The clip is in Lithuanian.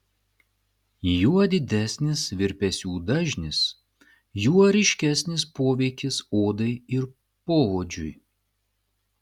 juo didesnis virpesių dažnis juo ryškesnis poveikis odai ir poodžiui